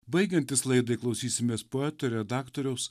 baigiantis laidai klausysimės poeto redaktoriaus